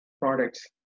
products